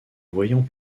voyant